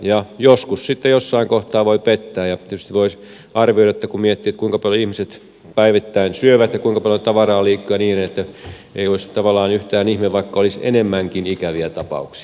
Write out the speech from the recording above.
ja joskus sitten jossain kohtaa voi pettää ja tietysti voisi arvioida kun miettii kuinka paljon ihmiset päivittäin syövät ja kuinka paljon tavaraa liikkuu ja niin edelleen että ei olisi tavallaan yhtään ihme vaikka olisi enemmänkin ikäviä tapauksia